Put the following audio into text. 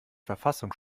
verfassung